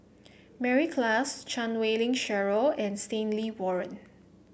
Mary Klass Chan Wei Ling Cheryl and Stanley Warren